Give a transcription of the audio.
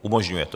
Umožňuje to.